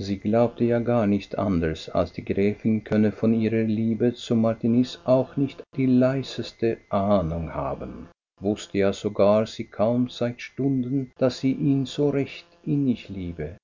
sie glaubte ja gar nicht anders als die gräfin könne von ihrer liebe zu martiniz auch nicht die leiseste ahnung haben wußte ja sogar sie kaum seit stunden daß sie ihn so recht innig liebe